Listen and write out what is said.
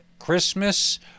christmas